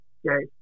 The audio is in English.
okay